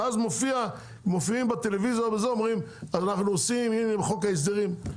ואז מופיעים בטלוויזיה ואומרים אנחנו עושים עם חוק ההסדרים,